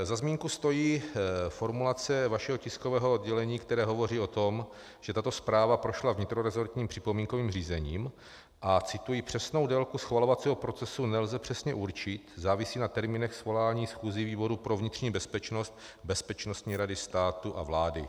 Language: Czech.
Za zmínku stojí formulace vašeho tiskového oddělení, která hovoří o tom, že tato zpráva prošla vnitroresortním připomínkovým řízením a cituji přesnou délku schvalovacího procesu nelze přesně určit, závisí na termínech svolání schůzí výboru pro vnitřní bezpečnost, Bezpečnostní rady státu a vlády.